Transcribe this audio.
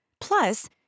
Plus